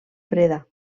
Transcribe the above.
freda